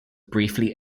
briefly